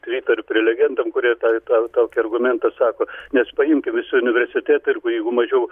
pritariu prelegentam kurie tą tą tokį argumentą sako nes paimkim visi universitetai ir kur jeigu mažiau